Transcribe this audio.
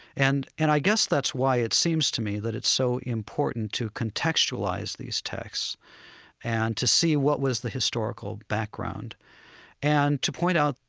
and and i guess that's why it seems to me that it's so important to contextualize these texts and to see what was the historical background and to point out,